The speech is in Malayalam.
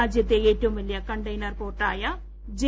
രാജ്യത്തെ ഏറ്റവും വലിയ കണ്ടെയ്നർ പോർട്ടായ ജെ